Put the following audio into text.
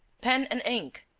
pen and ink!